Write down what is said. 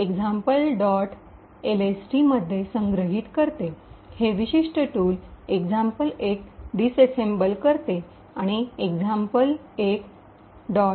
lst मध्ये संग्रहित करते हे विशिष्ट टूल example1 डिस्सेम्बल करेल आणि example1